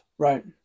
Right